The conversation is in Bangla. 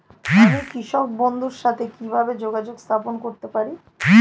আমি কৃষক বন্ধুর সাথে কিভাবে যোগাযোগ স্থাপন করতে পারি?